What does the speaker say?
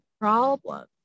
problem